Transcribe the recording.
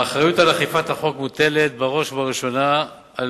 האחריות לאכיפת החוק מוטלת בראש ובראשונה על